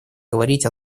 говорить